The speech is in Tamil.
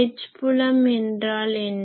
H புலம் என்றால் என்ன